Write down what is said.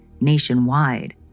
nationwide